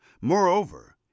moreover